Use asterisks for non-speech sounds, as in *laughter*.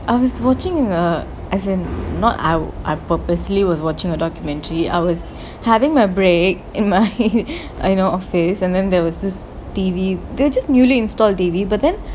I was watching the as in not I'll I purposely was watching a documentary I was having my break in my *laughs* you know office and then there was this T_V they just newly installed T_V but then